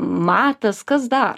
matas kas dar